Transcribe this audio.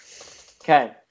okay